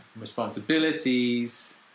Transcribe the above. responsibilities